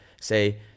say